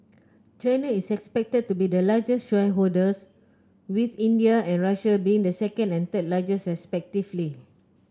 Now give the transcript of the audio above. China is expected to be the largest shareholder with India and Russia being the second and third largest respectively